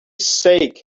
saké